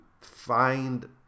find